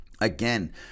Again